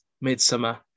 midsummer